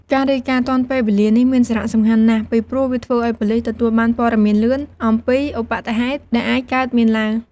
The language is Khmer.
ការរាយការណ៍ទាន់ពេលវេលានេះមានសារៈសំខាន់ណាស់ ពីព្រោះវាធ្វើឲ្យប៉ូលិស ទទួលបានព័ត៌មានលឿន អំពីឧប្បត្តិហេតុដែលអាចកើតមានឡើង។